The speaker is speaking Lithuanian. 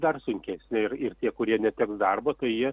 dar sunkesnė ir ir tie kurie neteks darbo tai jie